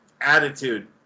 attitude